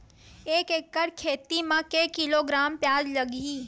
एक एकड़ खेती म के किलोग्राम प्याज लग ही?